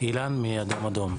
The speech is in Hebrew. מקווה שאני אגיע אדוני.